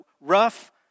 rough